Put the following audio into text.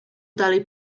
dalej